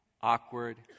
Awkward